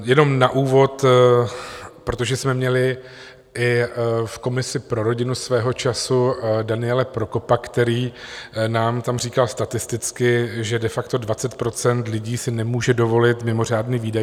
Jenom na úvod, protože jsme měli i v komisi pro rodinu svého času Daniela Prokopa, který nám tam říkal statisticky, že de facto 20 % lidí si nemůže dovolit mimořádný výdaj.